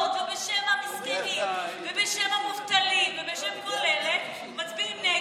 ובשם המסכנים ובשם המובטלים ובשם כל אלה מצביעים נגד.